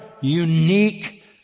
unique